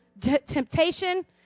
temptation